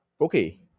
Okay